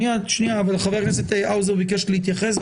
חבר הכנסת האוזר ביקש להתייחס,